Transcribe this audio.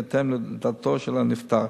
בהתאם לדתו של הנפטר.